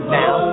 now